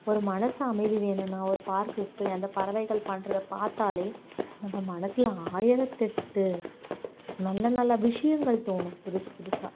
ஒரு மனசு அமைதி வேணும்னா ஒரு பார்க்குக்கு போய் அந்த பறவைகள் பண்றதை பார்த்தாலே நம்ம மனசில் ஆயிரத்து எட்டு நல்ல நல்ல விஷியங்கள் தோணும் புதுசு புதுசாக